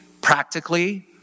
practically